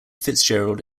fitzgerald